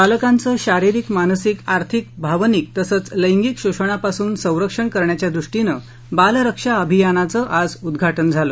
बालकांचं शारीरिक मानसिक आर्थिक भावनिक तसंच लैंगिक शोषणापासून संरक्षण करण्याच्या दृष्टीनं बालरक्षा अभियानाचं आज उदृघाटन झालं